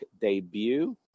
debut